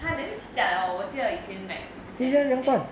它 maybe 起价了我记得以前 like fifty cents sixty cents